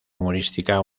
humorística